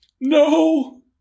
No